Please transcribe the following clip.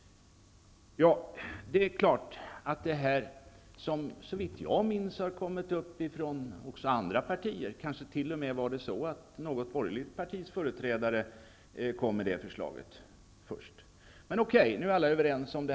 Såvitt jag minns, har den frågan också tagits upp av andra partier -- det kanske t.o.m. var något borgerligt partis företrädare som kom med förslaget först. Men, okej! Nu är alla överens.